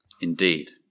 indeed